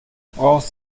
brauchst